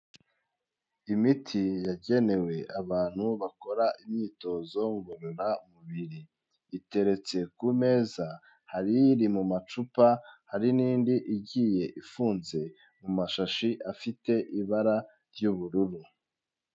Imiti yagenewe abantu bakora imyitozo ngororamubiri, iteretse ku meza hari iri mu macupa, hari n'indi igiye ifunze mu mashashi afite ibara ry'ubururu.